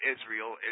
Israel